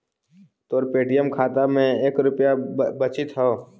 तोर पे.टी.एम खाता में के रुपाइया बचित हउ